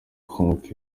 kunguka